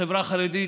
החברה החרדית,